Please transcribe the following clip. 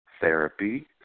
therapy